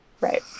right